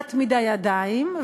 במעט מדי ידיים,